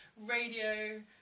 radio